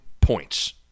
points